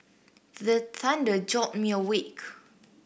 the thunder jolt me awake